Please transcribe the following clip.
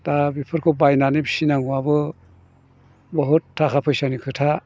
दा बेफोरखौ बायनानै फिसिनांगौआबो बहुद थाखा फैसानि खोथा